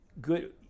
good